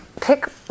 pick